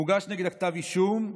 מוגש נגדה כתב אישום,